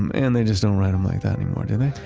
man, they just don't write them like that anymore, do they?